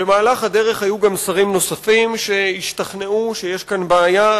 במהלך הדרך היו גם שרים נוספים שהשתכנעו שיש כאן בעיה.